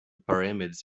pyramids